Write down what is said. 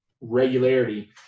regularity